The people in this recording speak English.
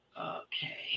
Okay